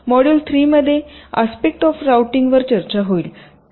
module 3 मध्ये aspect of राऊटिंगवर चर्चा होईल